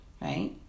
right